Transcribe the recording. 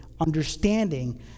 understanding